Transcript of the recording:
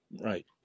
Right